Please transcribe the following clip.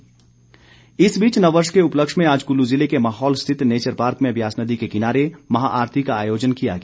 महाआरती इस बीच नववर्ष के उपलक्ष्य में आज कुल्लू जिले के माहौल स्थित नैचर पार्क में ब्यास नदी के किनारे महाआरती का आयोजन किया गया